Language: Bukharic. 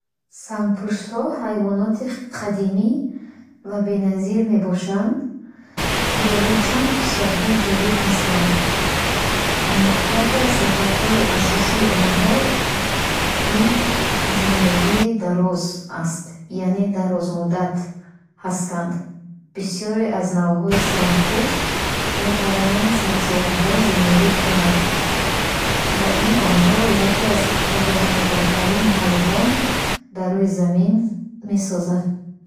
Сангпуштҳо ҳайвоноти қадимӣ ва беназир мебошанд, ки дорои чанд хусусияти ҷолиб ҳастанд. Яке аз сифатҳои асосии онҳо зиндагии дароз аст, яъне дарозмуддат астанд. Бисёре аз навъҳои сангпушт метавонанд садсолаҳо зиндагӣ кунанд, ва ин онҳоро яке аз дарозумртарин ҳайвонот дар рӯи замин месозад.